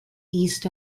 east